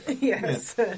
Yes